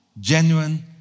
Genuine